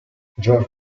george